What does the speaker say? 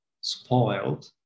spoiled